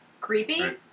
Creepy